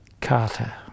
Carter